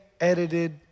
edited